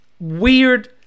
weird